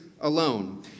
alone